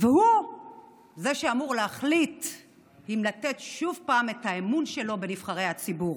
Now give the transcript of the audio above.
והוא שאמור להחליט אם לתת שוב את האמון שלו לנבחרי הציבור.